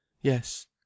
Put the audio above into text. Yes